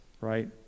right